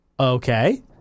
Okay